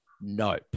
nope